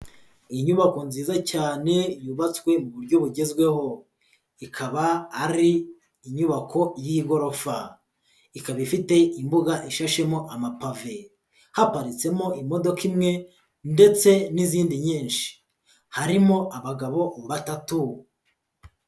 Iyi nyubako nziza cyane yubatswe mu buryo bugezweho, ikaba ari inyubako y'igorofa, ikaba ifite imbuga ishashemo amapafe, haparitsemo imodoka imwe ndetse n'izindi nyinshi, harimo abagabo batatu.